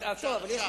אפשר.